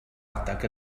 adeg